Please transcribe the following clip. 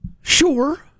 sure